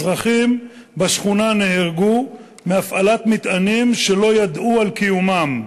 אזרחים בשכונה נהרגו מהפעלת מטענים שהם לא ידעו על קיומם.